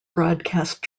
broadcast